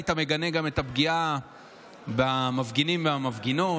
היית מגנה גם את הפגיעה במפגינים והמפגינות,